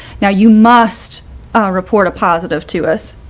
now you must report a positive to us,